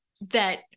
that-